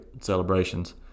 celebrations